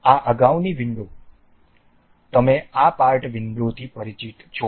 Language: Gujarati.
આ અગાઉની વિંડો તમે આ પાર્ટ વિંડોથી પરિચિત છો